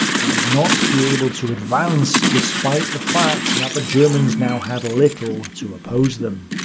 they would not be able to advance, despite the fact and that the germans now had little to oppose them.